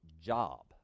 job